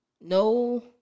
no